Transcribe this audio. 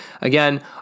Again